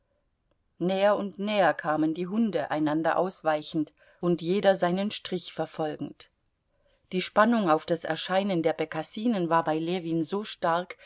näher und näher kamen die hunde einander ausweichend und jeder seinen strich verfolgend die spannung auf das erscheinen der bekassinen war bei ljewin so stark